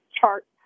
chart